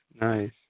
nice